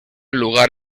lugar